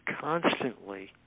constantly